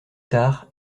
tard